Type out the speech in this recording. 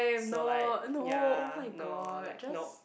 so like ya no like nope